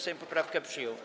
Sejm poprawkę przyjął.